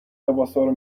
لباسارو